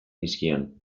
nizkion